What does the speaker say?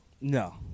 No